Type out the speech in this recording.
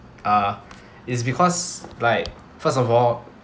uh is because like first of all